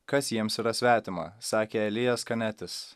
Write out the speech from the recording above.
kas jiems yra svetima sakė elijas kanetis